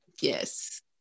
yes